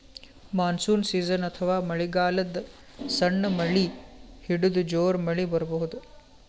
monsoon season ಅಥವಾ ಮಳಿಗಾಲದಾಗ್ ಸಣ್ಣ್ ಮಳಿ ಹಿಡದು ಜೋರ್ ಮಳಿ ಬರಬಹುದ್